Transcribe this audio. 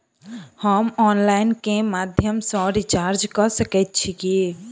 हम ऑनलाइन केँ माध्यम सँ रिचार्ज कऽ सकैत छी की?